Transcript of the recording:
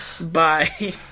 bye